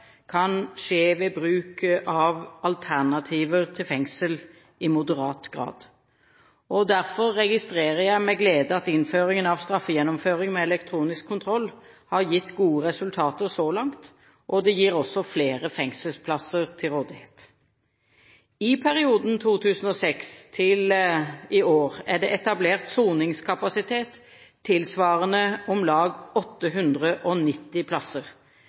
kan skje ved bruk av alternativer til fengsel i moderat grad, og derfor registrerer jeg med glede at innføringen av straffegjennomføring med elektronisk kontroll har gitt gode resultater så langt, og også gir flere fengselsplasser til rådighet. I perioden fra 2006 til i år er det etablert soningskapasitet tilsvarende om lag 890 plasser.